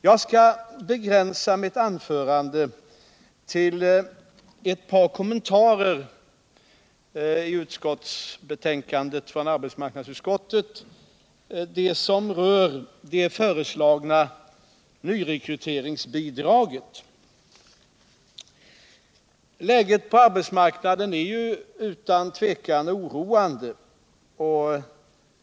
Jag skall begränsa mitt anförande till ett par kommentarer till vad som står i arbetsmarknadsutskottets betänkande nr 41 beträffande det föreslagna nyrekryteringsbidraget. Läget på arbetsmarknaden är utan tvivel oroande.